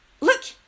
Look